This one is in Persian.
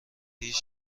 هیچ